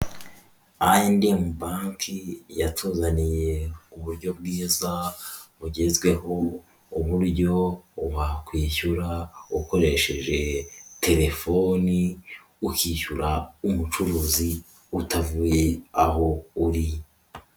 I&M bank yatuzaniye uburyo bwiza bugezweho, uburyo wakwishyura ukoresheje telefoni ukishyura umucuruzi, utavuye aho uri.